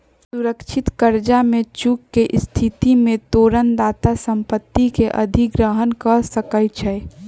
सुरक्षित करजा में चूक के स्थिति में तोरण दाता संपत्ति के अधिग्रहण कऽ सकै छइ